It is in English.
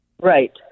right